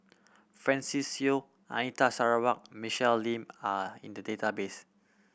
Francis Seow Anita Sarawak Michelle Lim are in the database